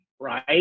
right